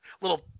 little